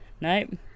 Nope